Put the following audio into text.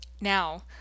Now